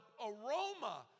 aroma